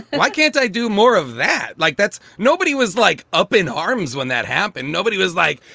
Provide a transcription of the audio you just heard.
why can't i do more of that? like, that's nobody was like up in arms when that happened. nobody was like,